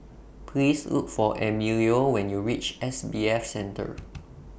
Please Look For Emilio when YOU REACH S B F Center